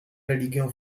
religią